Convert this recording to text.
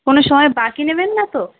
কোনো সময় বাকি নেবেন না তো